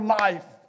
life